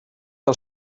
els